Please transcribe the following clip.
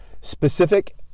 specific